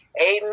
Amen